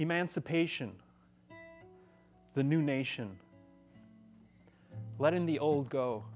emancipation the new nation let in the old go